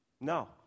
no